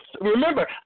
remember